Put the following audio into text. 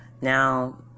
now